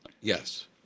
Yes